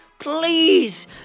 Please